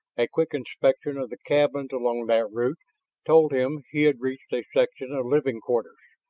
a quick inspection of the cabins along that route told him he had reached a section of living quarters.